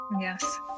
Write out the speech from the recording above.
yes